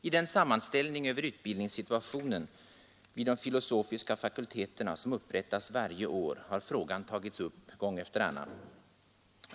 I den sammanställning över utbildningssituationen vid de filosofiska fakulteterna, som upprättas varje år, har frågan tagits upp gång efter annan.